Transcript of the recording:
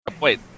Wait